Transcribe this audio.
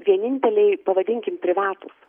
vieninteliai pavadinkim privatūs